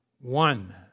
one